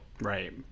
Right